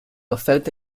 offerta